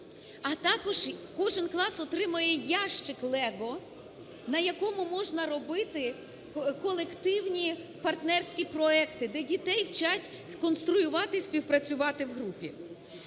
А також кожний клас отримає ящикLego, на якому можна робити колективні партнерські проекти, де дітей вчать конструювати і співпрацювати в групі.